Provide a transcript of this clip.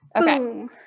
Okay